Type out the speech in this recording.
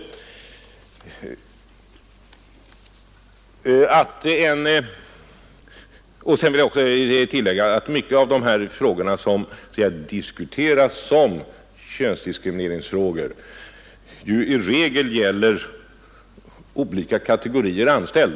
Jag vill också tillägga att många av de problem som diskuterats som könsdiskrimineringsfrågor i regel gäller olika kategorier av anställda.